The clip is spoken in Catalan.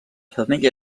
femella